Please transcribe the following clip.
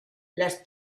las